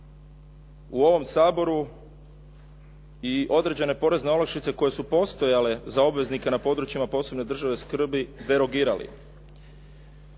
u ovom Saboru i određene porezne olakšice, koje su postojale za obveznike na područjima posebne državne skrbi, derogirali.